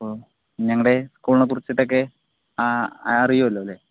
അപ്പോൾ ഞങ്ങളുടെ സ്കൂളിനെക്കുറിച്ചിട്ടൊക്കെ അറിയുമല്ലോ അല്ലെ